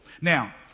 Now